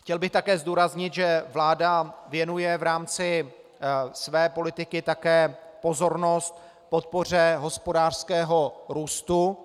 Chtěl bych také zdůraznit, že vláda věnuje v rámci své politiky také pozornost podpoře hospodářského růstu.